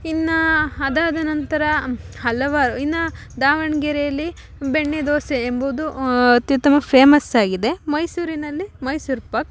ಇನ್ನು ಅದಾದ ನಂತರ ಹಲವಾರು ಇನ್ನು ದಾವಣಗೆರೇಲಿ ಬೆಣ್ಣೆ ದೋಸೆ ಎಂಬುದು ಅತ್ಯುತ್ತಮ ಫೇಮಸ್ಸಾಗಿದೆ ಮೈಸೂರಿನಲ್ಲಿ ಮೈಸೂರು ಪಾಕು